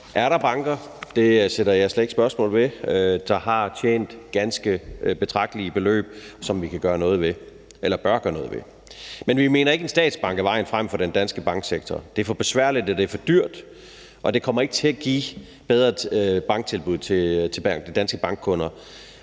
er der banker – det sætter jeg slet ikke spørgsmålstegn ved – der har tjent ganske betragtelige beløb, og som vi bør gøre noget ved, men vi mener ikke, at en statsbank er vejen frem for den danske banksektor. Det er for besværligt, og det er for dyrt, og det kommer ikke til at give bedre banktilbud til de danske bankkunder.